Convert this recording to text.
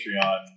Patreon